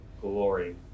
glory